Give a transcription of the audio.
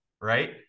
right